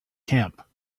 camp